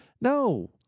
No